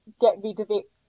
get-rid-of-it